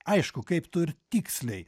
aišku kaip tu ir tiksliai